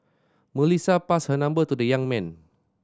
Melissa passed her number to the young man